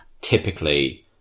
typically